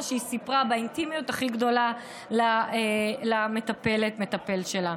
שהיא סיפרה באינטימיות הכי גדולה למטפלת או למטפל שלה.